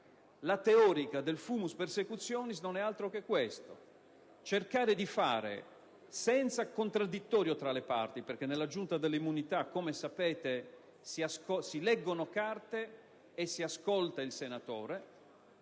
La teorica del *fumus persecutionis* non è altro che questo: cercare di fare, senza contraddittorio tra le parti (nella Giunta delle immunità, come sapete, si leggono carte e si ascolta il senatore),